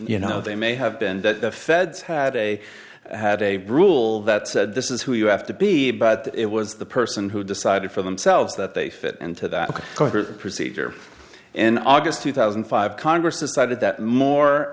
you know they may have been that the feds had a had a rule that said this is who you have to be but it was the person who decided for themselves that they fit into that procedure in august two thousand and five congress decided that more